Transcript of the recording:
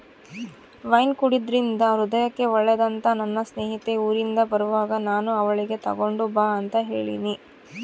wine ಕುಡೆದ್ರಿಂದ ಹೃದಯಕ್ಕೆ ಒಳ್ಳೆದಂತ ನನ್ನ ಸ್ನೇಹಿತೆ ಊರಿಂದ ಬರುವಾಗ ನಾನು ಅವಳಿಗೆ ತಗೊಂಡು ಬಾ ಅಂತ ಹೇಳಿನಿ